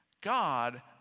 God